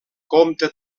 compta